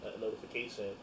notification